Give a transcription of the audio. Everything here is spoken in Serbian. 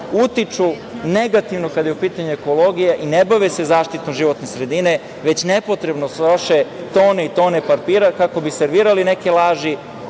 utiču negativno kada je u pitanju ekologija i ne bave se zaštitom životne sredine, već nepotrebno troše tone i tone papira kako bi servirali neke laži,